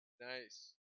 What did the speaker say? Nice